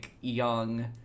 young